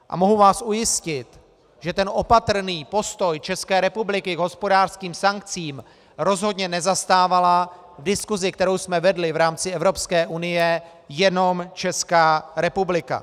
A mohu vás ujistit, že ten opatrný postoj České republiky k hospodářským sankcím rozhodně nezastávala v diskusi, kterou jsme vedli v rámci Evropské unie, jenom Česká republika.